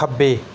ਖੱਬੇ